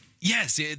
yes